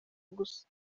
gusa